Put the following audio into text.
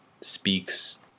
speaks